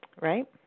Right